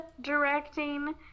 directing